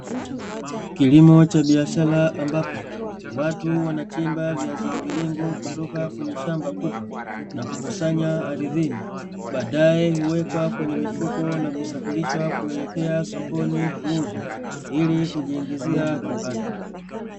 Kilimo cha biashara ambapo watu wanachimba viazi mviringo kutoka kwenye shamba kubwa, na kukusanywa ardhini na badae huwekwa kwenye mifuko na kusafirishwa kuelekea sokoni kuuzwa ili kujiingizia kipato.